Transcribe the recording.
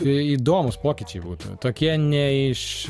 įdomūs pokyčiai būtų tokie ne iš